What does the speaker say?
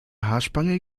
haarspange